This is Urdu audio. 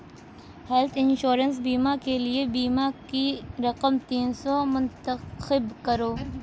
ہیلتھ انشورنس بیمہ کے لیے بیمہ کی رقم تین سو منتخب کرو